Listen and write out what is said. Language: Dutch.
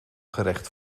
gerecht